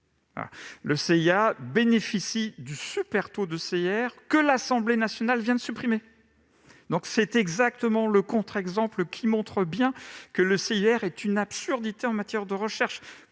Il bénéficie du super taux de CIR que l'Assemblée nationale vient de supprimer. Ce contre-exemple montre bien que le CIR est une absurdité en matière de recherche.